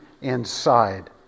inside